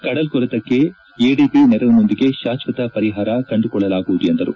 ಕಡಲ್ಕೊರತಕ್ಕೆ ADB ನೆರೆವಿನೊಂದಿಗೆ ಶಾಶ್ವತ ಪರಿಹಾರ ಕಂಡುಕೊಳ್ಳಲಾಗುವುದು ಎಂದರು